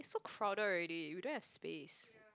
it's so crowded already we don't have space